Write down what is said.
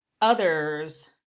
others